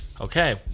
Okay